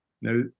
Now